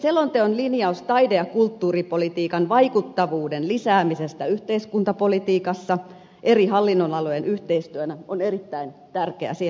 selonteon linjaus taide ja kulttuuripolitiikan vaikuttavuuden lisäämisestä yhteiskuntapolitiikassa eri hallinnonalojen yhteistyönä on erittäin tärkeä ja siihen on helppo yhtyä